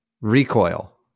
recoil